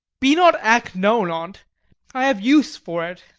be not acknown on't i have use for it.